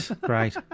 Great